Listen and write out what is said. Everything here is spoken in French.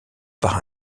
par